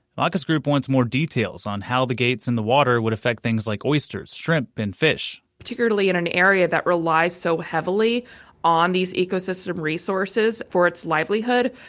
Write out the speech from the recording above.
macha's group wants more details on how the gates in the water would affect things like oysters, shrimp and fish particularly in an area that relies so heavily on these ecosystem resources for its livelihood,